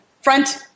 front